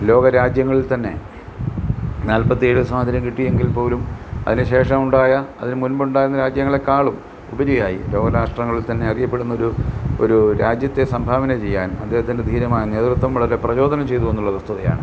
ലോക രാജ്യങ്ങളിൽ തന്നെ നാൽപത്തി ഏഴിൽ സ്വാതന്ത്ര്യം കിട്ടിയെങ്കിൽ പോലും അതിനു ശേഷമുണ്ടായ അതിന് മുൻപുണ്ടായിരുന്ന രാജ്യങ്ങളേക്കാളും ഉപരിയായി ലോക രാഷ്ട്രങ്ങളിൽ തന്നെ അറിയപ്പെടുന്ന ഒരു ഒരു രാജ്യത്തെ സംഭാവന ചെയ്യാൻ അദ്ദേഹത്തിൻ്റെ ധീരമായ നേതൃത്വം വളരെ പ്രജോദനം ചെയ്തു എന്നുള്ളത് വസ്തുതയാണ്